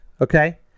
Okay